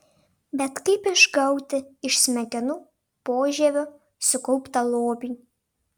bet kaip išgauti iš smegenų požievio sukauptą lobį